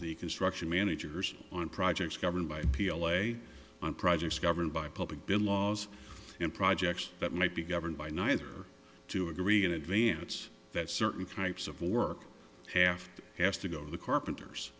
the construction managers on projects governed by l a on projects governed by public been laws and projects that might be governed by neither to agree in advance that certain types of work half has to go to the carpenters